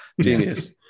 Genius